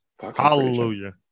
Hallelujah